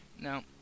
Now